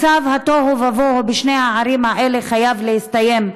מצב התוהו ובוהו בשתי הערים האלה חייב להסתיים,